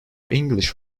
english